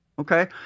Okay